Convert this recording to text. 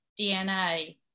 DNA